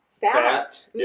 fat